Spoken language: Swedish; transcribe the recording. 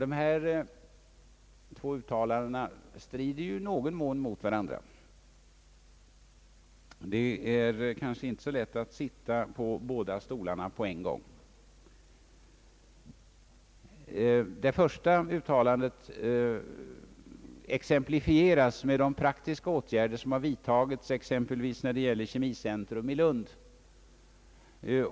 Dessa två uttalanden strider i någon mån mot varandra. Det är kanske inte så lätt att sitta på båda stolarna på en gång. Det första uttalandet exemplifieras med de praktiska åtgärder som har vidtagits när det gäller exempelvis kemicentrum i Lund.